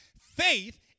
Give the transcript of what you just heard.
Faith